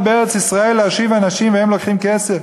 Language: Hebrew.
בארץ-ישראל להושיב אנשים והם לוקחים כסף?